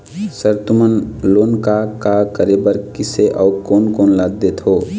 Sir तुमन loan का का करें बर, किसे अउ कोन कोन ला देथों?